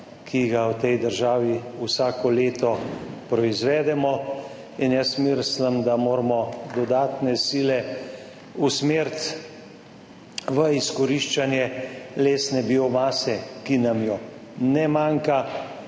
ki ga v tej državi vsako leto proizvedemo. In jaz mislim, da moramo usmeriti dodatne sile v izkoriščanje lesne biomase, ki nam je ne manjka.